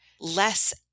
less